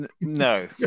no